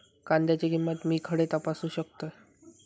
कांद्याची किंमत मी खडे तपासू शकतय?